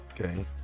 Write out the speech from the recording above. Okay